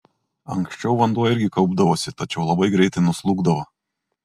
anksčiau vanduo irgi kaupdavosi tačiau labai greitai nuslūgdavo